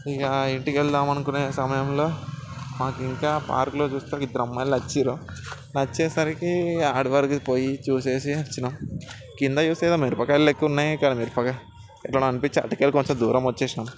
ఇహ ఇంటికెళదాం అనుకునే సమయంలో నాకు ఇంకా పార్కులో చూస్తే ఇద్దరమ్మాయిలు నచ్చిరు నచ్చేసరికి ఆడ వరకు పోయి చూసేసి వచ్చినం కింద చూస్తే ఏదో మిరపకాయల లెక్కన ఉన్నాయి ఇక్కడ మిరపకాయలు అనిపించి వాటికెళ్ళి కొంచెం దూరం వచ్చేసినాం